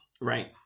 Right